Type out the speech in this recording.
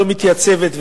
ולא מתייצבת,